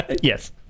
yes